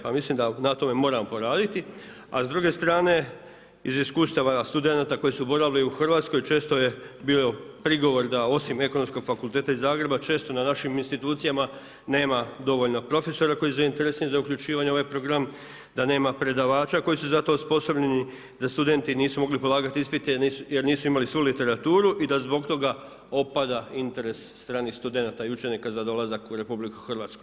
Pa mislim da na tome moramo poraditi, a s druge strane iz iskustava studenata koji su boravili u Hrvatskoj često je bio prigovor da osim Ekonomskog fakulteta iz Zagreba često na našim institucijama nema dovoljno profesora koji su zainteresirani za uključivanje u ovaj program, da nema predavača koji su za to osposobljeni, da studenti nisu mogli polagati ispite jer nisu imali svu literaturu i da zbog toga opada interes stranih studenata i učenika za dolazak u RH.